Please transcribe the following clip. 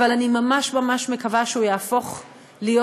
אבל אני ממש ממש מקווה שהוא יהפוך להיות